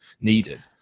needed